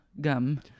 gum